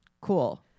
Cool